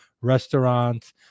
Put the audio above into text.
restaurants